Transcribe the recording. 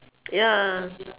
ya